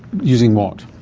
using what?